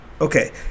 okay